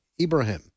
Ibrahim